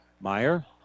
Meyer